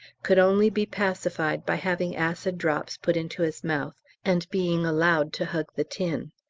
could only be pacified by having acid drops put into his mouth and being allowed to hug the tin.